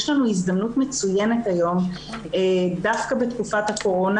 יש לנו הזדמנות מצוינת היום דווקא בתקופת הקורונה.